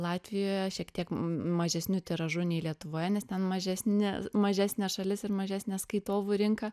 latvijoje šiek tiek m m mažesniu tiražu nei lietuvoje nes ten mažesni mažesnė šalis ir mažesnė skaitovų rinka